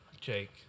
jake